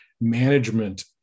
management